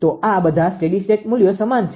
તો આ બધા સ્ટેડી સ્ટેટ મુલ્યો સમાન છે